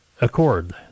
Accord